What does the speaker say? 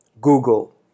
Google